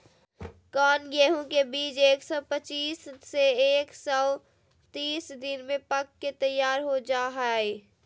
कौन गेंहू के बीज एक सौ पच्चीस से एक सौ तीस दिन में पक के तैयार हो जा हाय?